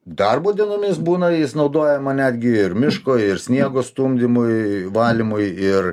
darbo dienomis būna jis naudojama netgi ir miško ir sniego stumdymui valymui ir